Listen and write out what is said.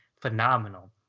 phenomenal